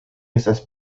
estas